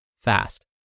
fast